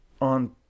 on